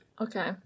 Okay